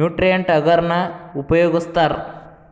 nutrient agar ನ ಉಪಯೋಗಸ್ತಾರ